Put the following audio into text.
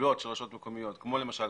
בפעולות של רשויות מקומיות, כמו למשל